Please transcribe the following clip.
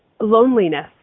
loneliness